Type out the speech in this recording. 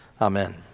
Amen